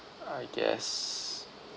I guess